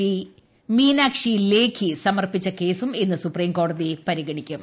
P Meenakshi Lekhi സമർപ്പിച്ച കേസും ഇന്ന് സുപ്രീംകോടതി പരിഗണിക്കും